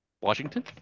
Washington